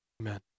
Amen